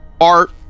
Art